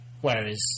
whereas